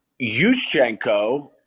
Yushchenko